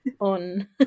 on